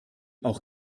auch